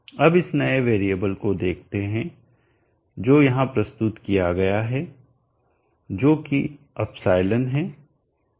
अब इस नए वैरिएबल को देखते हैं जो यहाँ प्रस्तुत किया गया है जो कि ε है